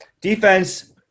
defense